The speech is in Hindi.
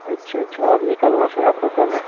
अच्छा अच्छा और निकलना फिर आपको कब है